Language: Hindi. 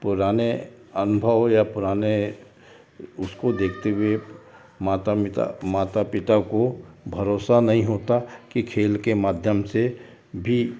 पुराने अनुभव या पुराने उसको देखते हुए माता पिता माता पिता को भरोसा नहीं होता कि खेल के माध्यम से भी